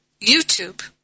YouTube